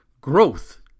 Growth